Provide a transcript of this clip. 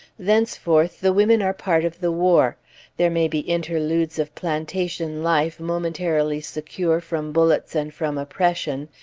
thenceforth, the women are part of the war there may be interludes of plantation life momentarily secure from bullets and from oppression,